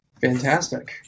Fantastic